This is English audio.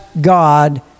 God